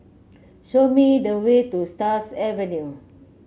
show me the way to Stars Avenue